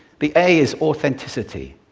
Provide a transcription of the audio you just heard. the a is authenticity,